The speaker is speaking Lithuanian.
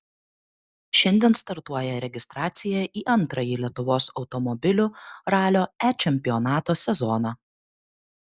šiandien startuoja registracija į antrąjį lietuvos automobilių ralio e čempionato sezoną